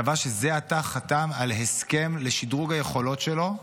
צבא שזה עתה חתם על הסכם לשדרוג היכולות שלו,